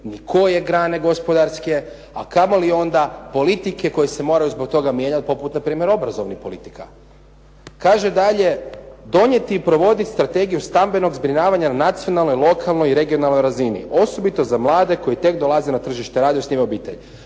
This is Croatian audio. ni koje grane gospodarske, a kamo li onda politike koje se moraju zbog toga mijenjati poput na primjer obrazovnih politika. Kaže dalje, donijeti i provoditi strategiju stambenog zbrinjavanja na nacionalnoj, lokalnoj i regionalnoj razini, osobito za mlade koji tek dolaze na tržište rada i osniva obitelj.